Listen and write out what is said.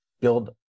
build